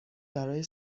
برای